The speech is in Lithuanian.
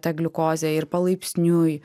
ta gliukozė ir palaipsniui